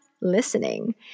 listening